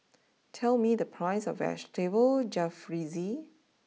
tell me the price of Vegetable Jalfrezi